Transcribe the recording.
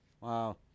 Wow